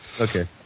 Okay